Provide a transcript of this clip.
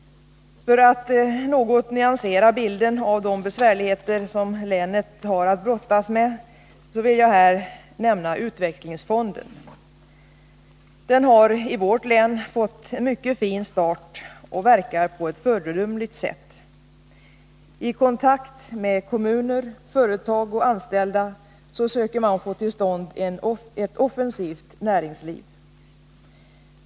För att något nyansera bilden av de besvärligheter som länet har att brottas med vill jag här nämna utvecklingsfonden. Den har i vårt län fått en mycket fin start och verkar på ett föredömligt sätt. I kontakt med kommuner, företag och anställda söker man få till stånd ett offensivt näringsliv.